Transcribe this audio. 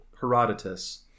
Herodotus